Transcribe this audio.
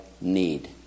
need